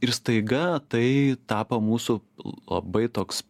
ir staiga tai tapo mūsų labai toks